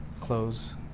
close